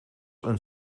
een